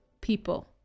people